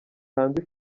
hanze